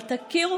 אבל תכירו,